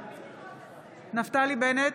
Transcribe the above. בעד נפתלי בנט,